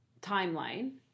timeline